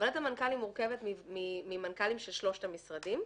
ועדת המנכ"לים מורכבת ממנכ"לים של שלושת המשרדים.